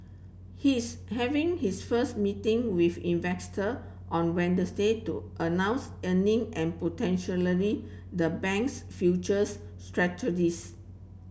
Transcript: he's having his first meeting with investor on Wednesday to announce earning and potentially the bank's future's strategies